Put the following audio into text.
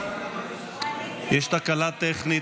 יש תקלה טכנית.